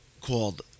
called